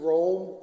Rome